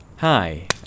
Hi